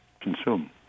consume